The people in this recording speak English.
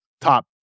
top